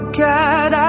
god